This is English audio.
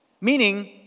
meaning